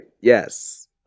yes